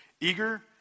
eager